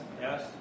Yes